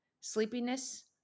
sleepiness